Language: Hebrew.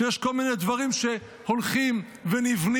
שיש כל מיני דברים שהולכים ונבנים,